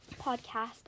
podcast